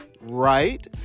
right